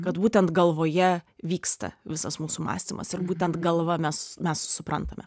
kad būtent galvoje vyksta visas mūsų mąstymas ir būtent galva mes mes suprantame